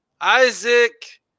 Isaac